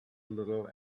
little